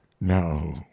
No